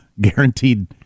guaranteed